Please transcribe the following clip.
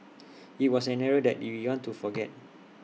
IT was an era that we want to forget